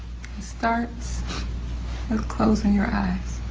starts with closing your eyes.